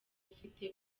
ufite